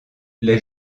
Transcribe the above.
les